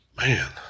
man